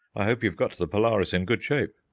i hope you've got the polaris in good shape.